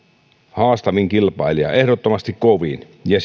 haastavin kilpailija ehdottomasti kovin ja